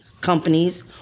companies